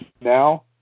now